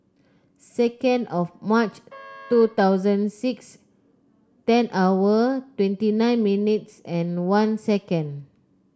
second of March two thousand six ten hour twenty nine minutes and one second